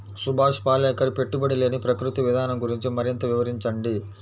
సుభాష్ పాలేకర్ పెట్టుబడి లేని ప్రకృతి విధానం గురించి మరింత వివరించండి